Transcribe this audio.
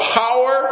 power